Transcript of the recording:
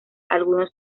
algunos